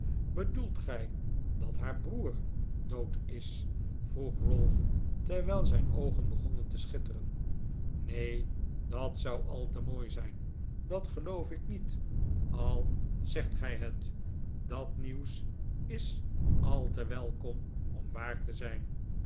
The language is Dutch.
bedoelt gij dat haar broer dood is vroeg ralph terwijl zijn oogen begonnen te schitteren neen dat zou al te mooi zijn dat geloof ik niet al zegt gij het dat r ieuws is al te welkom om waar te zijn